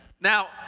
Now